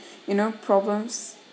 you know problems